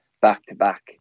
back-to-back